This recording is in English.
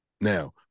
Now